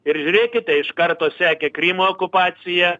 ir žiūrėkite iš karto sekė krymo okupacija